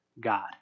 God